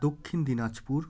Dakshin Dinajpur